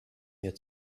mir